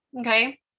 Okay